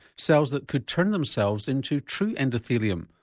cells that could turn themselves into true endothelium,